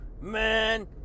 man